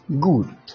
Good